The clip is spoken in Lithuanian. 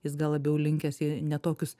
jis gal labiau linkęs į ne tokius